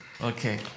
Okay